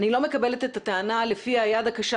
אני לא מקבלת את הטענה לפיה היד הקשה